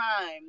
time